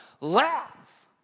laugh